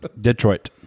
Detroit